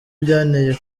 byanteye